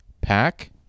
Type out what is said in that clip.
pack